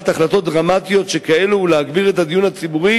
החלטות דרמטיות שכאלו ולהגביר את הדיון הציבורי